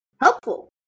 Helpful